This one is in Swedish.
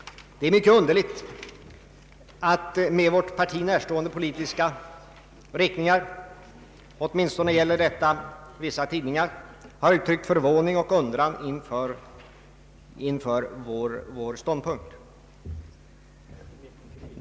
Det är mycket underligt att vårt parti närstående politiska riktningar — åtminstone gäller detta vissa tidningar — har uttryckt förvåning och undran inför vår ståndpunkt.